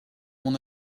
mon